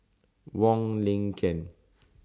Wong Lin Ken